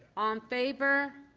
um favor.